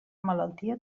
malaltia